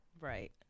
Right